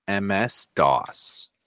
MS-DOS